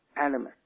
element